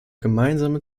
gemeinsame